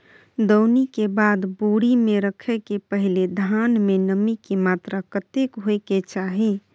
दौनी के बाद बोरी में रखय के पहिने धान में नमी के मात्रा कतेक होय के चाही?